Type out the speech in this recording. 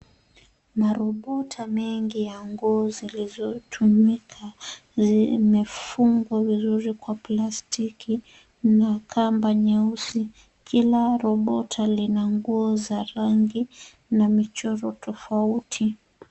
Marobota mengi ya nguo zilizotumika, zimefungwa vizuri kwa plastiki na kamba nyeusi. Kila robota lina nguo za rangi na michoro tofauti.